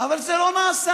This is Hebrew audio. אבל זה לא נעשה.